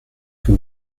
que